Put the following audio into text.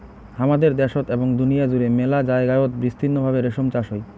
হামাদের দ্যাশোত এবং দুনিয়া জুড়ে মেলা জায়গায়ত বিস্তৃত ভাবে রেশম চাষ হই